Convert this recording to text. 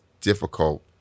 difficult